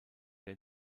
der